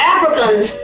Africans